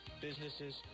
businesses